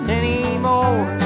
anymore